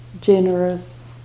generous